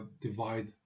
divide